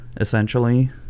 Essentially